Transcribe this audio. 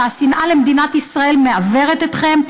שהשנאה למדינת ישראל מעוורת אתכם,